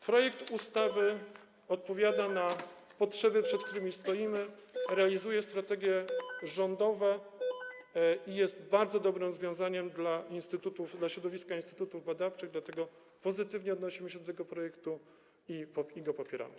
Projekt ustawy odpowiada na potrzeby, które mamy, realizuje strategie rządowe i jest bardzo dobrym rozwiązaniem dla środowiska instytutów badawczych, dlatego pozytywnie odnosimy się do tego projektu i go popieramy.